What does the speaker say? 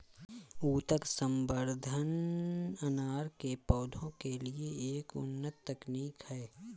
ऊतक संवर्धन अनार के पौधों के लिए एक उन्नत तकनीक है